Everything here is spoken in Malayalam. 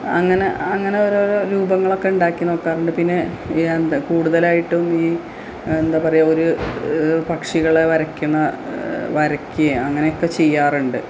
അങ്ങനെ അങ്ങനെ ഓരോരോ രൂപങ്ങളൊക്കെയുണ്ടാക്കി നോക്കാറുണ്ട് പിന്നെ ഈ എന്താ കൂടുതലായിട്ടും ഈ എന്താ പറയുക ഒരു പക്ഷികളെ വരക്കണ വരക്കുകയും അങ്ങനെയൊക്കെ ചെയ്യാറുണ്ട്